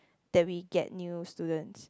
that we get new students